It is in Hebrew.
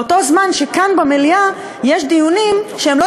באותו זמן שכאן במליאה יש דיונים שהם לא